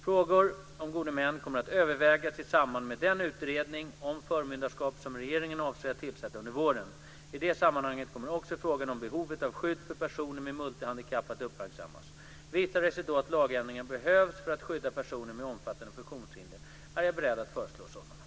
Frågor om gode män kommer att övervägas i samband med den utredning om förmyndarskap som regeringen avser att tillsätta under våren. I det sammanhanget kommer också frågan om behovet av skydd för personer med multihandikapp att uppmärksammas. Visar det sig då att lagändringar behövs för att skydda personer med omfattande funktionshinder, är jag beredd att föreslå sådana.